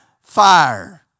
fire